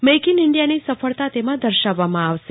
make in ઇન્ડિયાની સફળતા તેમાં દર્શાવવામાં આવશે